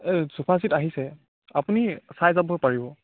এই sofa set আহিছে আপুনি চাই যাব পাৰিব